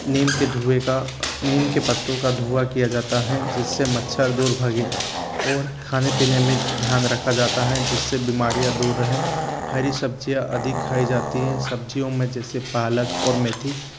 नीम के धुएँ का नीम के पत्तों का धुआँ किया जाता हैं जिससे मच्छर दूर भागे और खाने पीने में ध्यान रखा जाता हैं जिससे बीमारियाँ दूर रहें हरी सब्ज़ियाँ अधिक खाई जाती हैं सब्ज़ियों में जैसे पालक और मेथी